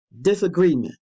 disagreement